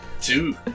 Two